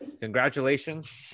congratulations